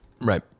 Right